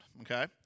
Okay